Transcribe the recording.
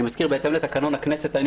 אני מזכיר שבהתאם לתקנון הכנסת היינו